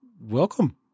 welcome